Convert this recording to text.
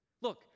Look